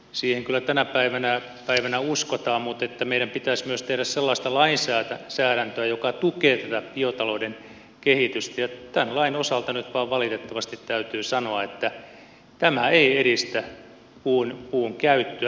siihen kyllä tänä päivänä uskotaan mutta meidän pitäisi myös tehdä sellaista lainsäädäntöä joka tukee tätä biotalouden kehitystä ja tämän lain osalta nyt vain valitettavasti täytyy sanoa että tämä ei edistä puun käyttöä